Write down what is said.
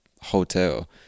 hotel